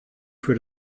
für